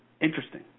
interesting